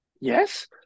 Yes